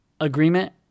agreement